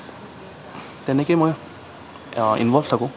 তেনেকেই মই ইনভলভ্ড থাকোঁ